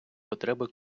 потреби